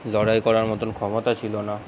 লড়াই করার মতন ক্ষমতা ছিলো না